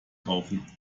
kaufen